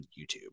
youtube